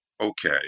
okay